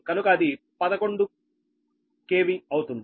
కనుక అది 11 KV అవుతుంది